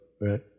right